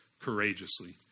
courageously